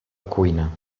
cuina